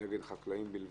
האם זה נגד חקלאים בלבד?